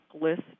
list